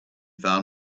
found